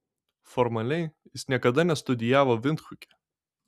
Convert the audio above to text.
formaliai jis niekada nestudijavo vindhuke